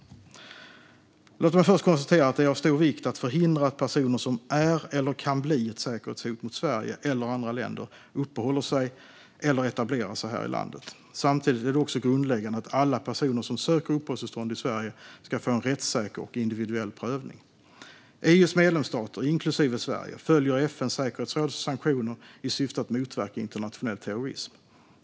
Låt mig först konstatera att det är av stor vikt att förhindra att personer som är eller kan bli ett säkerhetshot mot Sverige eller andra länder uppehåller sig eller etablerar sig här i landet. Samtidigt är det också grundläggande att alla personer som söker uppehållstillstånd i Sverige ska få en rättssäker och individuell prövning. EU:s medlemsstater, inklusive Sverige, följer FN:s säkerhetsråds sanktioner i syfte att motverka internationell terrorism.